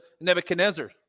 Nebuchadnezzar